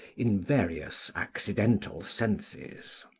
in various accidental senses.